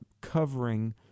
covering